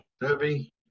derby